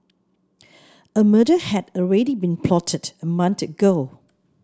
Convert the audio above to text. a murder had already been plotted a month ago